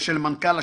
לטעמכם?